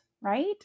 right